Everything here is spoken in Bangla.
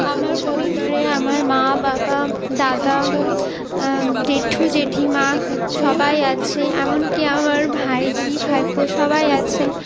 আমার পরিবারে আমার মা বাবা দাদা জেঠু জেঠিমা সবাই আছে এমনকি আমার ভাইঝি ভাইপো সবাই আছে